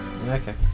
Okay